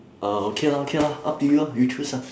uh okay lah okay lah up to you ah you choose ah